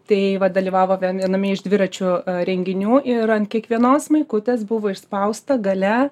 tai va dalyvavo vien viename iš dviračių renginių ir ant kiekvienos maikutės buvo išspausta galia